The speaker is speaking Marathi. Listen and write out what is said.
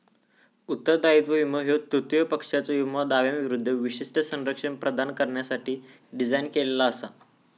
उत्तरदायित्व विमो ह्यो तृतीय पक्षाच्यो विमो दाव्यांविरूद्ध विशिष्ट संरक्षण प्रदान करण्यासाठी डिझाइन केलेला असा